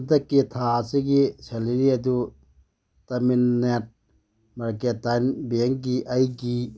ꯍꯟꯗꯛꯀꯤ ꯊꯥ ꯑꯁꯤꯒꯤ ꯁꯦꯂꯔꯤ ꯑꯗꯨ ꯇꯥꯃꯤꯟ ꯅꯦꯠ ꯃꯥꯔꯀꯦꯇꯥꯏꯟ ꯕꯦꯡꯒꯤ ꯑꯩꯒꯤ